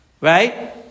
Right